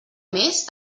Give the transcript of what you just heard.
més